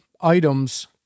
items